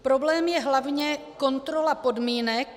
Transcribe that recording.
Problém je hlavně kontrola podmínek...